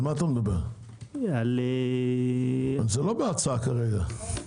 אבל זה לא בהצעה כרגע,